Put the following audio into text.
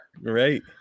Right